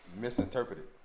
misinterpreted